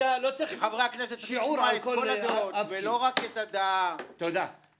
חברי הכנסת צריכים לשמוע את כל הדעות ולא רק את הדעה המונוליטית.